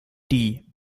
die